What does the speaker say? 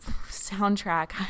soundtrack